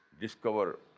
discover